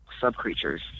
sub-creatures